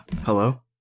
Hello